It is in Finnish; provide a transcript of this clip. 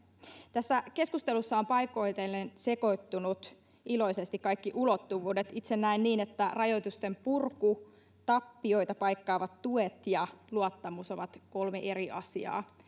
tässä keskustelussa ovat paikoitellen sekoittuneet iloisesti kaikki ulottuvuudet itse näen niin että rajoitusten purku tappioita paikkaavat tuet ja luottamus ovat kolme eri asiaa